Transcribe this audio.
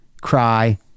cry